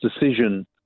decision